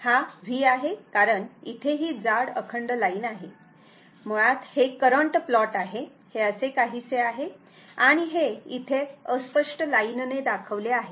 हा V आहे कारण इथे ही जाड अखंड लाईन आहे मुळात हे करंट प्लॉट आहे हे असे काहीसे आहे आणि हे इथे अस्पष्ट लाईनने दाखवले आहे